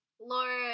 Laura